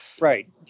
Right